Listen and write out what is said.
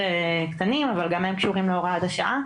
קטנים אבל גם הם קשורים להוראת השעה,